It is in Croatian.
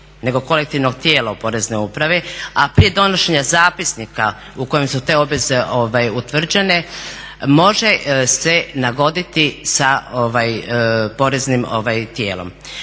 nego kolektivnog tijela u Poreznoj upravi, a prije donošenja zapisnika u kojem su te obveze utvrđene, može se nagoditi sa poreznim tijelom.